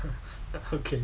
okay